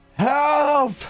help